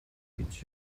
гэж